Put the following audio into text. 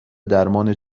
درمان